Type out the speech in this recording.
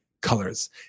colors